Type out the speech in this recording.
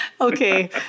Okay